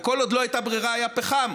כל עוד לא הייתה ברירה היה פחם,